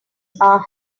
our